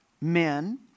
men